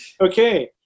Okay